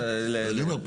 אז אני אומר,